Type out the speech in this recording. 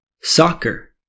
soccer